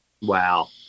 Wow